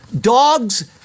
Dogs